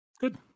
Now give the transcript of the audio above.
Good